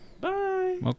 bye